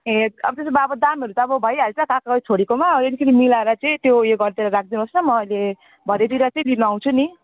ए अब त्यसो भए अब दामहरू त अब भइहाल्छ काका र छोरीकोमा अलिकति मिलाएर चाहिँ त्यो उयो गरिदिनु होस् न म अहिले भरेतिर चाहिँ लिन आउँछु नि